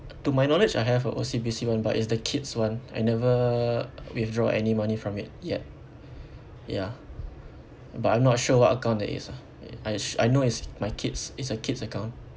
to my knowledge I have a O_C_B_C one but it's the kids one I never withdraw any money from it yet ya but I'm not sure what account that is ah I I know it's my kids it's a kid's account